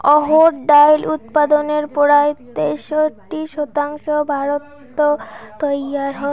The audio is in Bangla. অহর ডাইল উৎপাদনের পরায় তেষট্টি শতাংশ ভারতত তৈয়ার হই